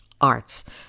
arts